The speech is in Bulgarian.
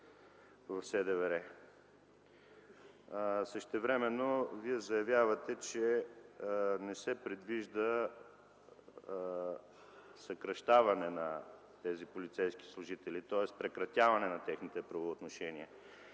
в СДВР. Същевременно Вие заявявате, че не се предвижда съкращаване на тези полицейски служители, тоест прекратяване на техните правоотношения.